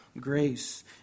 grace